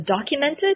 documented